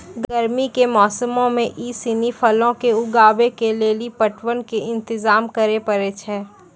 गरमी के मौसमो मे इ सिनी फलो के उगाबै के लेली पटवन के इंतजाम करै पड़ै छै